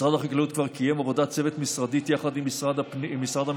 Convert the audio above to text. משרד החקלאות כבר קיים עבודת צוות בין-משרדית עם משרד המשפטים,